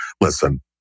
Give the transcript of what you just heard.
Listen